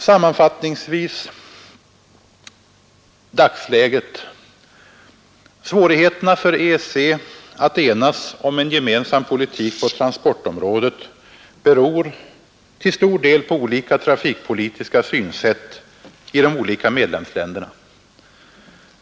Sammanfattningsvis om dagsläget: Svårigheterna för EEC att enas om en gemensam politik på transportområdet beror till stor del på olika trafikpolitiska synsätt i de skilda medlemsländerna.